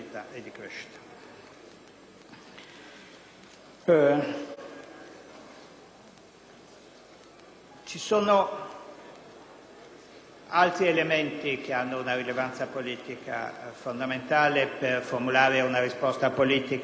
Ci sono altri elementi che hanno una rilevanza politica fondamentale per formulare una risposta politica alla domanda sull'impatto.